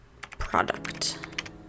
product